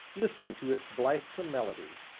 listening to its blithesome melody.